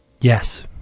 Yes